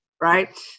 right